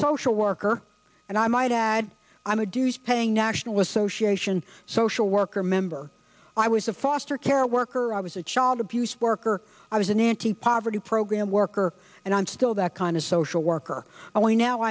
social worker and i might add i'm a dues paying national association social worker member i was a foster care worker i was a child abuse worker i was an anti poverty program worker and i'm still that kind of social worker